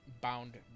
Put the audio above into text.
bound